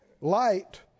light